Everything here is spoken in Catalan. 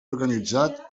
organitzat